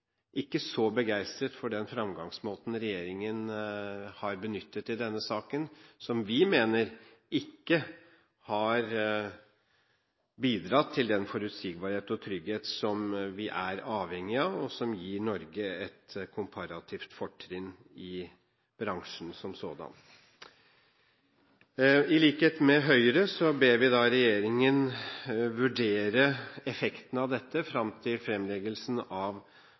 ikke så begeistret for den fremgangsmåten regjeringen har benyttet i denne saken, som vi mener ikke har bidratt til den forutsigbarhet og trygghet som vi er avhengig av, og som gir Norge et komparativt fortrinn i bransjen som sådan. I likhet med Høyre ber vi regjeringen vurdere effekten av dette fram til fremleggelsen av